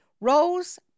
rose